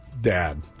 dad